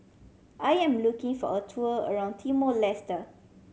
I am looking for a tour around Timor Leste